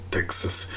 Texas